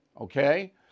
okay